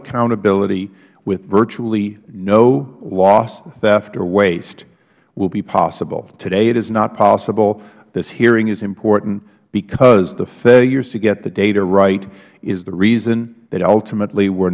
accountability with virtually no loss theft or waste will be possible today it is not possible this hearing is important because the failure to get the data right is the reason that ultimately we